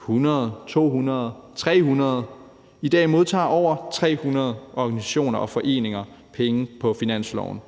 100? 200? 300? I dag modtager over 300 organisationer og foreninger penge på finansloven,